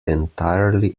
entirely